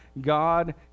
God